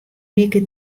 wike